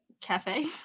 cafe